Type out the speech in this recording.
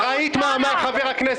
ואני אחדד מה הסיפור.